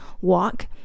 walk